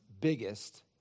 biggest